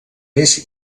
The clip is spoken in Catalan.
més